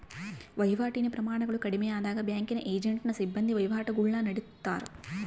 ವಹಿವಾಟಿನ ಪ್ರಮಾಣಗಳು ಕಡಿಮೆಯಾದಾಗ ಬ್ಯಾಂಕಿಂಗ್ ಏಜೆಂಟ್ನ ಸಿಬ್ಬಂದಿ ವಹಿವಾಟುಗುಳ್ನ ನಡತ್ತಾರ